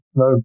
no